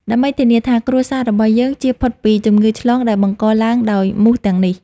ដើម្បីធានាថាគ្រួសាររបស់យើងចៀសផុតពីជំងឺឆ្លងដែលបង្កឡើងដោយមូសទាំងនេះ។